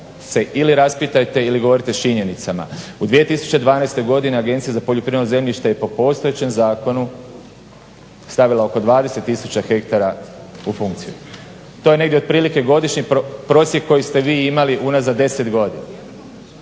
se ili raspitajte ili govorite s činjenicama. U 2012. godini Agencija za poljoprivredno zemljište je po postojećem zakonu stavila oko 20 tisuća hektara u funkciju. To je negdje otprilike godišnji prosjek koji ste vi imali unazad 10 godina.